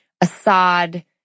Assad